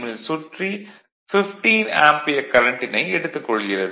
ல் சுற்றி 15 ஆம்பியர் கரண்ட்டினை எடுத்துக் கொள்கிறது